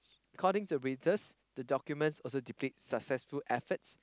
according to Reuters the document also depict successful efforts